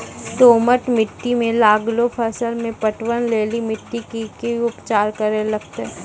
दोमट मिट्टी मे लागलो फसल मे पटवन लेली मिट्टी के की उपचार करे लगते?